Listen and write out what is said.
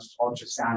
ultrasound